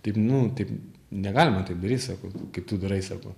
taip nu taip negalima taip daryt sako kaip tu darai sako